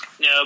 No